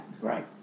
Right